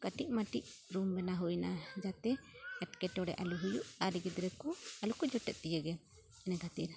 ᱠᱟᱹᱴᱤᱡ ᱢᱟᱴᱤᱡ ᱨᱩᱢ ᱵᱮᱱᱟᱣ ᱦᱩᱭᱮᱱᱟ ᱡᱟᱛᱮ ᱮᱴᱠᱮᱴᱚᱬᱮ ᱟᱞᱚ ᱦᱩᱭᱩᱜ ᱟᱨ ᱜᱤᱫᱽᱨᱟᱹ ᱠᱚ ᱟᱞᱚᱠᱚ ᱡᱚᱴᱮᱫ ᱛᱤᱭᱟᱹᱜᱮ ᱤᱱᱟᱹ ᱠᱷᱟᱛᱤᱨ